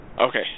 Okay